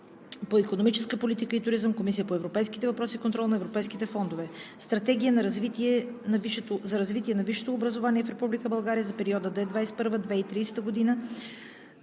по икономическа политика и туризъм и Комисията по европейските въпроси и контрол на европейските фондове. Стратегия за развитие на висшето образование в Република България за периода 2021 – 2030 г.,